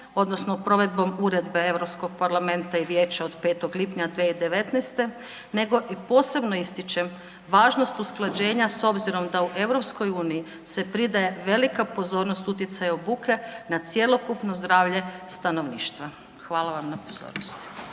odnosno provedbe uredbe EU parlamenta i Vijeća od 5. lipnja 2019. nego i posebno ističem važnost usklađenja s obzirom da u EU se pridaje velika pozornost utjecaja od buke na cjelokupno zdravlje stanovništva. Hvala vam na pozornosti.